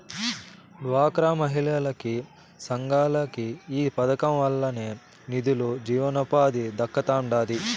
డ్వాక్రా మహిళలకి, సంఘాలకి ఈ పదకం వల్లనే నిదులు, జీవనోపాధి దక్కతండాడి